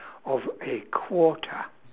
of a quarter